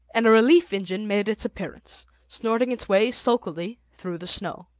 and a relief engine made its appearance, snorting its way sulkily through the snow.